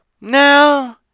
Now